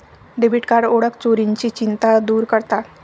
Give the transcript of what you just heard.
debit card ओळख चोरीची चिंता दूर करतात